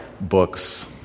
books